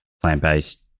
plant-based